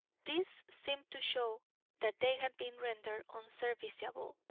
this seemed to show that they had been rendered unserviceable,